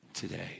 today